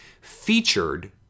featured